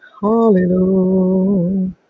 Hallelujah